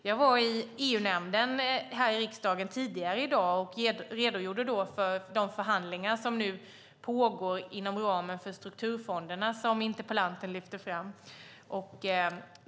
Jag var i EU-nämnden här i riksdagen tidigare i dag och redogjorde då för de förhandlingar som nu pågår inom ramen för strukturfonderna som interpellanten lyfte fram.